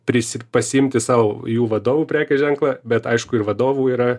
prisi pasiimti sau jų vadovų prekės ženklą bet aišku ir vadovų yra